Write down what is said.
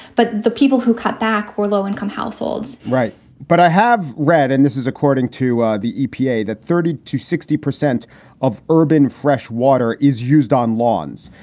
but the people who cut back were low income households. right but i have read, and this is according to ah the epa, that thirty to sixty percent of urban fresh water is used on lawns.